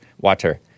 water